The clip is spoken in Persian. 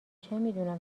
چمیدونم